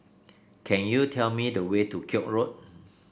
can you tell me the way to Koek Road